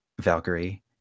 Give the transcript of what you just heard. valkyrie